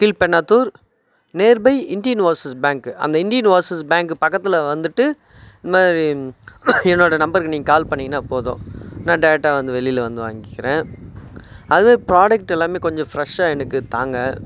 Kilpennathur nearby Indian Overseas Bank அந்த Indian Overseas Bank பக்கத்தில் வந்துட்டு இந்த மாதிரி என்னோடய நம்பருக்கு நீங்கள் கால் பண்ணீங்கன்னால் போதும் நான் டேரக்டாக வந்து வெளியில் வந்து வாங்கிக்கிறேன் அதே ப்ரோடக்ட் எல்லாமே கொஞ்சம் ஃப்ரெஷ்ஷாக எனக்கு தாங்க